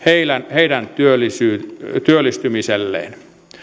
heidän työllistymiselleen